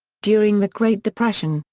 during the great depression,